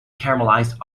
caramelized